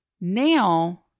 Now